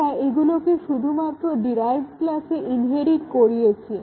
আমরা এগুলোকে শুধুমাত্র ডিরাইভড ক্লাসে ইনহেরিট করিয়েছি